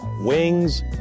wings